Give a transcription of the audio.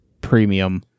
premium